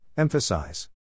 Emphasize